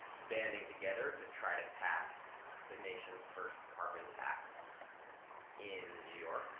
banding together to try to pass the nation's first carbon tax in new york.